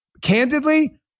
candidly